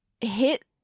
hit